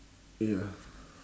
ya